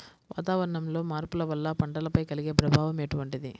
వాతావరణంలో మార్పుల వల్ల పంటలపై కలిగే ప్రభావం ఎటువంటిది?